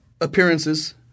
appearances